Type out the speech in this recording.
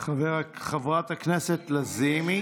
חברת הכנסת לזימי.